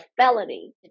felony